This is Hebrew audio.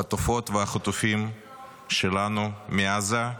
החטופות והחטופים שלנו מעזה,